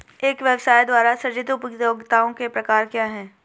एक व्यवसाय द्वारा सृजित उपयोगिताओं के प्रकार क्या हैं?